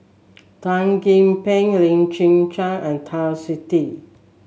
Tan Gee Paw Lim Chwee Chian and Twisstii